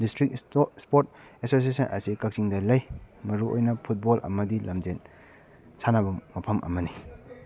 district sport association ꯑꯁꯤ ꯀꯥꯛꯆꯤꯡꯗ ꯂꯩ ꯃꯔꯨ ꯑꯣꯏꯅ ꯐꯨꯠꯕꯣꯜ ꯑꯃꯗꯤ ꯂꯝꯖꯦꯂ ꯁꯥꯟꯅꯕ ꯃꯐꯝ ꯑꯃꯅꯤ